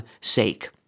sake